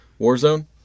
Warzone